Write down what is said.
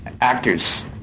actors